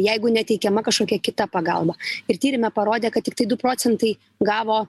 jeigu neteikiama kašokia kita pagalba ir tyrime parodė kad tiktai du procentai gavo